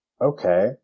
Okay